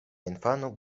infano